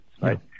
right